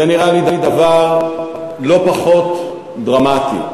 זה נראה לי דבר לא פחות דרמטי.